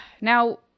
Now